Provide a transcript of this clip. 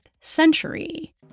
century